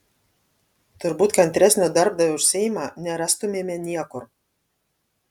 turbūt kantresnio darbdavio už seimą nerastumėme niekur